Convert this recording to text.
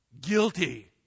guilty